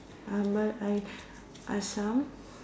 uh but i asam